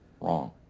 Wrong